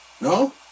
no